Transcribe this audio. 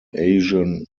asian